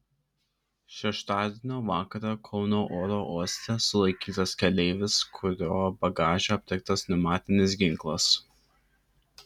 šeštadienio vakarą kauno oro uoste sulaikytas keleivis kurio bagaže aptiktas pneumatinis ginklas